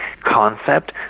concept